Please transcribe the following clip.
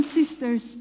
sisters